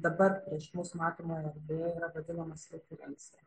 dabar prieš mus matomoje erdvėje yra vadinamas referencija